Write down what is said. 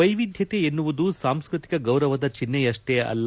ವೈವಿಧ್ಯತೆ ಎನ್ನುವುದು ಸಾಂಸ್ಟತಿಕ ಗೌರವದ ಚಿಹ್ನೆಯಷ್ಟೇ ಅಲ್ಲ